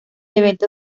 evento